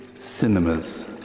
cinemas